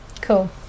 Cool